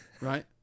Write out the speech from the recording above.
right